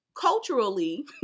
culturally